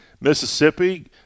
Mississippi